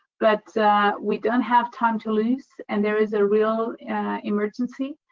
but we don't have time to lose and there is a real emergency,